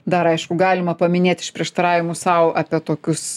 dar aišku galima paminėt iš prieštaravimų sau apie tokius